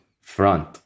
front